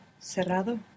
cerrado